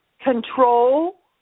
Control